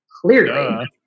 Clearly